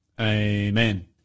Amen